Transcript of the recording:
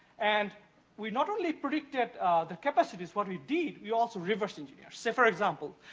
and we not only predicted the capacity, what we did, we also reverse engineered. say, for example,